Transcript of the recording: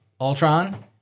Ultron